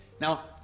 Now